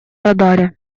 радаре